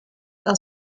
are